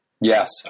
Yes